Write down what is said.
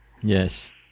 Yes